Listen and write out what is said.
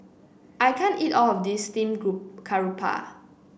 I can't eat all of this Steamed Group Garoupa